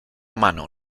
mano